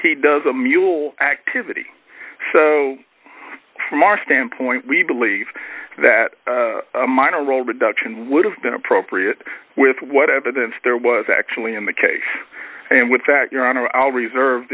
he does a mule activity so from our standpoint we believe that a minor role but the and would have been appropriate with what evidence there was actually in the case and with that your honor i'll reserve